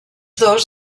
dos